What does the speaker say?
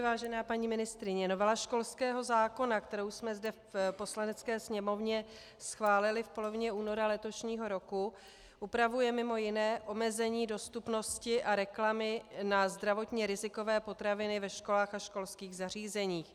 Vážená paní ministryně, novela školského zákona, kterou jsme zde v Poslanecké sněmovně schválili v polovině února letošního roku, upravuje mj. omezení dostupnosti a reklamy na zdravotně rizikové potraviny ve školách a školských zařízeních.